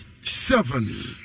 seven